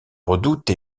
redoute